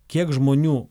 kiek žmonių